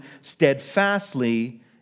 steadfastly